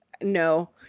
no